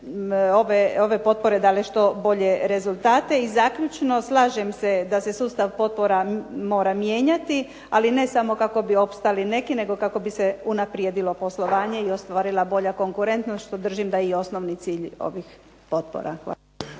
ove potpore dale što bolje rezultate. I zaključno slažem se da se sustav potpora mora mijenjati, ali ne samo kako bi opstali neki, nego kako bi se unaprijedilo poslovanje i ostvarila bolja konkurentnost, što držim da je i osnovni cilj ovih potpora. Hvala.